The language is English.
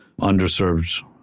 underserved